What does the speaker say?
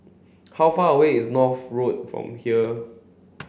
how far away is North Road from here